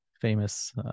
famous